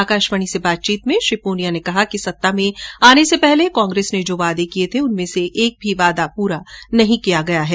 आकाशवाणी से बातचीत में श्री पूनिया ने कहा है कि सत्ता में आने से पहले कांग्रेस ने जो वादे किये थे उनमें से एक भी वादा पूरा नहीं किया गया है